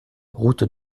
route